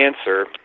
answer